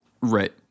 Right